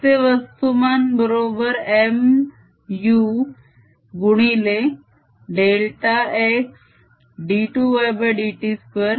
त्याचे वस्तुमान बरोबर m u गुणिले डेल्टा x d2ydt2